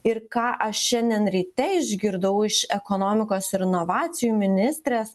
ir ką aš šiandien ryte išgirdau iš ekonomikos ir inovacijų ministrės